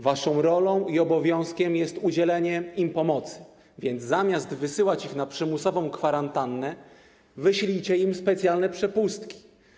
Waszą rolą i obowiązkiem jest udzielanie im pomocy, więc zamiast wysyłać ich na przymusową kwarantannę, wyślijcie im specjalne przepustki.